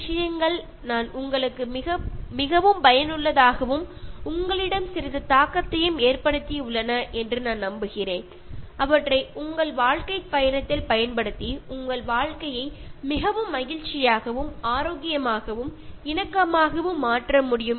ഇതിലൂടെ നിങ്ങൾക്ക് തീർച്ചയായും മാറ്റങ്ങളുണ്ടാകുമെന്നും നിങ്ങളുടെ ജീവിതത്തിൽ നിങ്ങൾക്ക് ഇതെല്ലാം പ്രാവർത്തികമാക്കാൻ കഴിയുമെന്നും അതിലൂടെ നിങ്ങൾക്ക് ഒരു സന്തോഷ പൂർണ്ണമായ വളരെ ആരോഗ്യ പൂർണമായ വളരെ സൌഹാർദ്ദപരമായ ഒരു ജീവിതം ഉണ്ടാകുമെന്നും പ്രതീക്ഷിക്കുന്നു